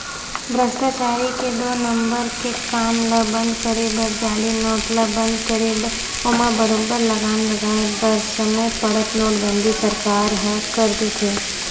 भस्टाचारी के दू नंबर के काम ल बंद करे बर जाली नोट ल बंद करे बर ओमा बरोबर लगाम लगाय बर समे पड़त नोटबंदी सरकार ह कर देथे